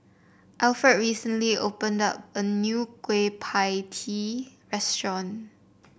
Alfred recently opened a new Kueh Pie Tee restaurant